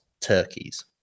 turkeys